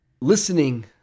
listening